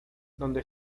donde